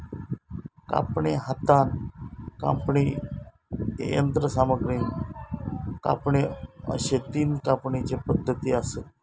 कापणी, हातान कापणी, यंत्रसामग्रीन कापणी अश्ये तीन कापणीचे पद्धती आसत